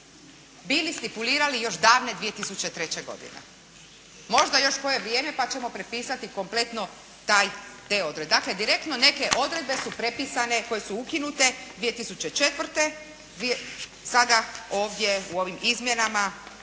bili stipulirali još davne 2003. godine. Možda još koje vrijeme pa ćemo prepisati kompletno te odredbe. Dakle, direktno neke odredbe su prepisane koje su ukinute 2004. Sada ovdje u ovim izmjenama